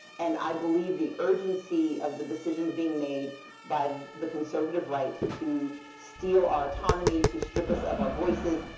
and i believe the urgency of the decisions being made by the conservative right to steal our autonomy, to strip us of our voices,